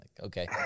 Okay